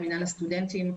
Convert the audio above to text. ממנהל הסטודנטים,